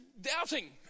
doubting